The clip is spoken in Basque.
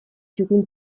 txukun